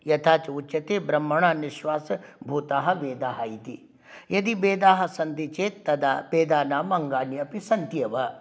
यथा च उच्यते ब्रह्मणा निश्वासः भूताः वेदाः इति यदि वेदाः सन्ति चेत् तदा वेदानां अङ्गानि अपि सन्त्येव